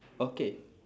okay